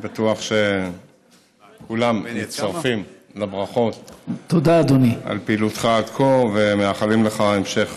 אני בטוח שכולם מצטרפים לברכות על פעילותך עד כה ומאחלים לך המשך